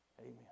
Amen